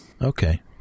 Okay